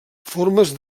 formes